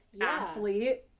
Athlete